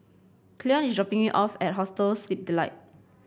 Cleon is dropping me off at Hostel Sleep Delight